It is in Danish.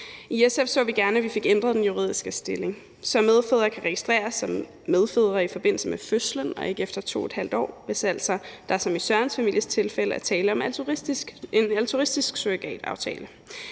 I SF så vi gerne, at vi fik ændret den juridiske stilling, så medfædre kan registreres som medfædre i forbindelse med fødslen og ikke efter 2½ år, hvis der altså som i Sørens families